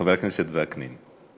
חבר הכנסת וקנין,